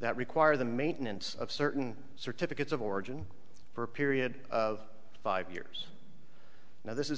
that require the maintenance of certain certificates of origin for a period of five years now this